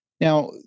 Now